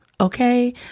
Okay